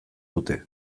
dute